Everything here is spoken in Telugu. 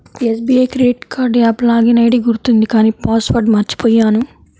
SBI credit card app login ID గుర్తుంది కానీ పాస్ వర్డ్ మర్చిపొయ్యాను